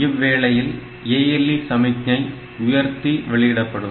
இவ்வேளையில் ALE சமிக்ஞை உயர்த்தி வெளியிடப்படும்